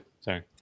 Sorry